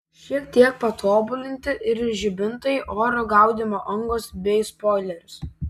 šiek tiek patobulinti ir žibintai oro gaudymo angos bei spoileris